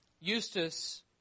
Eustace